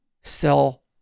sell